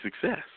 success